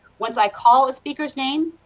once i call the speakers name,